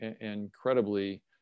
incredibly